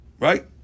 Right